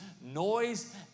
noise